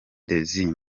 désir